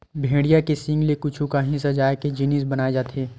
भेड़िया के सींग ले कुछु काही सजाए के जिनिस बनाए जाथे